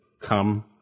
Come